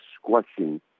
squashing